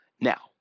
Now